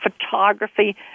photography